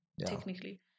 Technically